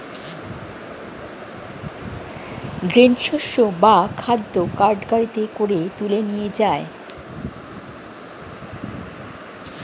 grain শস্য বা খাদ্য কার্ট গাড়িতে করে তুলে নিয়ে যায়